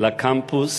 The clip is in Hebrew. ולקמפוס